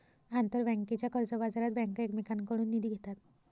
आंतरबँकेच्या कर्जबाजारात बँका एकमेकांकडून निधी घेतात